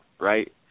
right